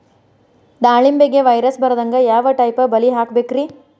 ದಾಳಿಂಬೆಗೆ ವೈರಸ್ ಬರದಂಗ ಯಾವ್ ಟೈಪ್ ಬಲಿ ಹಾಕಬೇಕ್ರಿ?